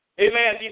Amen